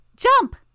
Jump